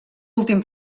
últim